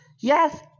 yes